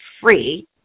free